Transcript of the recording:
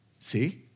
see